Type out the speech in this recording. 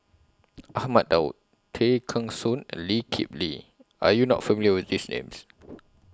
Ahmad Daud Tay Kheng Soon and Lee Kip Lee Are YOU not familiar with These Names